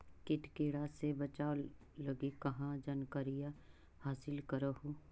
किट किड़ा से बचाब लगी कहा जानकारीया हासिल कर हू?